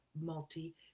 multi